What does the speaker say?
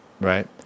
Right